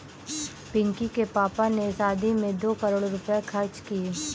पिंकी के पापा ने शादी में दो करोड़ रुपए खर्च किए